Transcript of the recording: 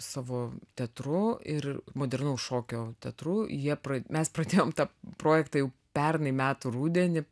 savo teatru ir modernaus šokio teatru jie pradė mes pradėjom tą projektą jau pernai metų rudenį